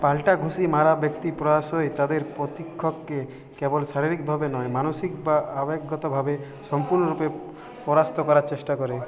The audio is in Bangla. পালটা ঘুষি মারা ব্যক্তি প্রায়শই তাদের প্রতিক্ষককে কেবল শারীরিকভাবে নয় মানসিক বা আবেগগতভাবে সম্পূর্ণরূপে পরাস্ত করার চেষ্টা করে